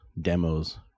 demos